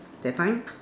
that time